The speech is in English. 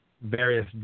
various